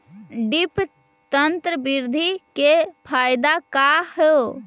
Drip तन्त्र बिधि के फायदा का है?